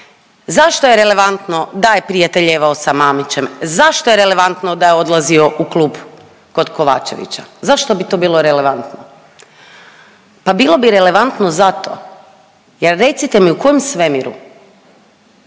zašto je relevantno da je prijateljevao s Mamićom, zašto je relevantno da je odlazio u Klub kod Kovačevića, zašto bi to bilo relevantno? Pa bilo bi relevantno zato jer recite mi u kojem svemiru